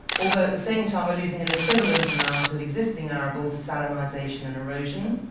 although at the same time we're losing an equivalent amount of existing arables to salinization and erosion.